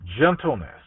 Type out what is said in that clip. gentleness